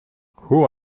who